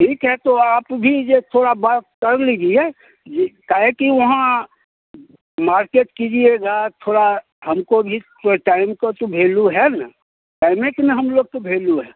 ठीक है तो आप भी जे थोड़ा बात कर लीजिए जी काहे कि वहाँ मार्केट कीजिएगा थोड़ा हमको भी थोड़ा टाइम को तो भैल्यू है ना टाइम का तो हम लोग का भैल्यू है